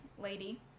lady